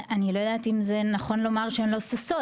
אני לא יודעת אם זה נכון לומר שהן לא ששות.